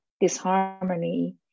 disharmony